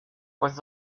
was